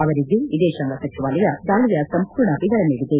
ಅವರಿಗೆ ವಿದೇಶಾಂಗ ಸಚಿವಾಲಯ ದಾಳಿಯ ಸಂಪೂರ್ಣ ವಿವರ ನೀಡಿದೆ